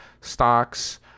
stocks